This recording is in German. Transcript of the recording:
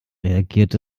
reagiert